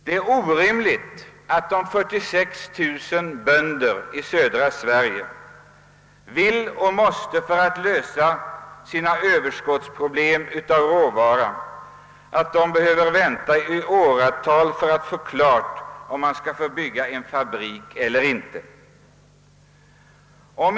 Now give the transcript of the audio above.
Det är orimligt att 46 000 bönder i södra Sverige, som vill lösa sina problem i samband med överskott av råvara, måste vänta i åratal för att få besked om de skall få bygga en fabrik eller inte.